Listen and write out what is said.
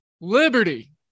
Liberty